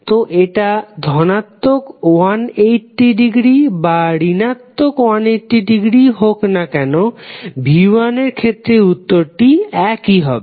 তো এটা ধনাত্মক 180 ডিগ্রী বা ঋণাত্মক 180 ডিগ্রী ই হোক না কেনো v1 এর ক্ষেত্রে উত্তরটি একই হবে